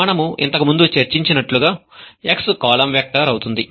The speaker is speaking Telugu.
మనము ఇంతకుముందు చర్చించినట్లుగా x కాలమ్ వెక్టర్ అవుతుంది